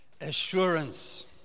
assurance